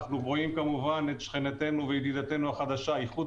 אנחנו רואים כמובן את ידידתנו החדשה איחוד